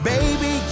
Baby